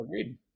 Agreed